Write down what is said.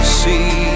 see